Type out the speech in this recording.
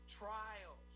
trials